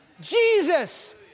Jesus